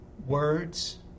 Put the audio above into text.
Words